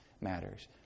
matters